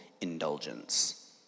indulgence